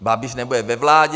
Babiš nebude ve vládě.